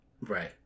Right